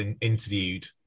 interviewed